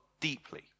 deeply